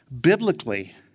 biblically